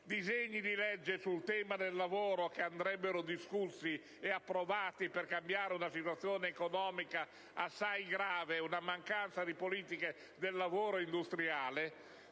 disegni di legge sul tema del lavoro, che andrebbero discussi e approvati per cambiare una situazione economica assai grave e ovviare alla mancanza di politiche del lavoro e industriali,